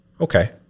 Okay